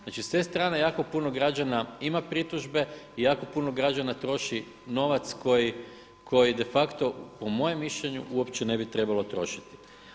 Znači, s te strane jako puno građana ima pritužbe i jako puno građana troši novac koji de facto po mojem mišljenju uopće ne bi trebalo trošiti.